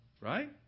right